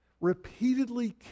repeatedly